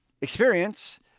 experience